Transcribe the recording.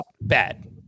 bad